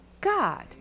God